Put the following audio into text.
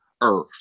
Earth